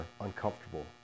uncomfortable